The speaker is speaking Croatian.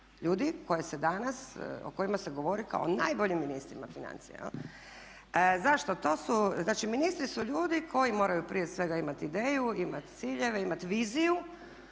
danas, o kojima se govori kao najboljim ministrima financija. Zašto? To su, znači ministri su ljudi koji moraju prije svega imati ideju, imati ciljeve, imati viziju